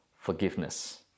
forgiveness